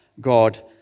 God